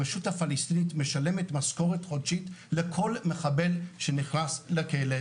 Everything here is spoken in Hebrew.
הרשות הפלסטינית משלמת משכורת חודשית לכל מחבל שנכנס לכלא.